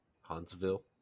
Huntsville